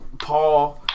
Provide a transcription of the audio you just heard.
Paul